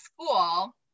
school